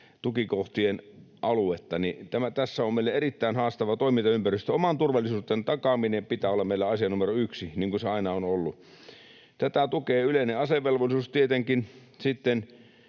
tukikohtien aluetta, joten tässä on meillä erittäin haastava toimintaympäristö. Oman turvallisuutemme takaamisen pitää olla meillä asia numero yksi, niin kuin se aina on ollut. Tätä tukee yleinen asevelvollisuus tietenkin,